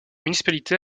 municipalité